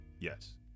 yes